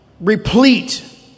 replete